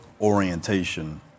orientation